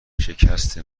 شکست